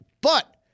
But-